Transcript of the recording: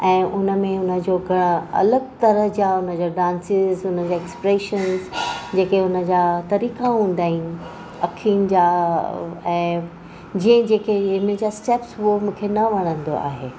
ऐं उनमें हुनजो घ अलॻि तरह जा उनजा डांसिस हुनजा एक्प्रेशन जेके उनजा तरीक़ा हूंदा आहिनि अख़ियुनि जा ऐं जीअं जेके इहे इनजा स्टैप्स उहो मूंखे न वणंदो आहे